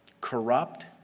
corrupt